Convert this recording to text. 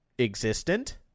existent